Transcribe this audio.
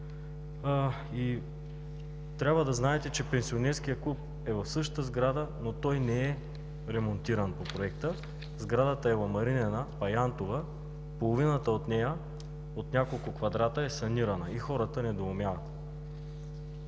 Трябва да знаете, че Пенсионерският клуб е в същата сграда, но той не е ремонтиран по Проекта. Сградата е ламаринена, паянтова и половината от нея – от няколко квадрата, е санирана и хората недоумяват.